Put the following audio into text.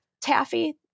taffy